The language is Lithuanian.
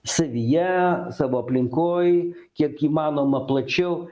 savyje savo aplinkoj kiek įmanoma plačiau